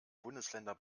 bundesländer